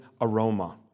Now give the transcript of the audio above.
aroma